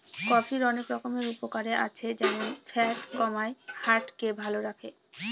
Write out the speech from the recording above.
কফির অনেক রকমের উপকারে আছে যেমন ফ্যাট কমায়, হার্ট কে ভালো করে